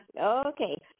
Okay